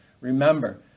Remember